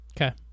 okay